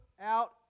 out